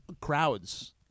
Crowds